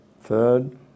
Third